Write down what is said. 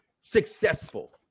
successful